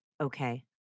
okay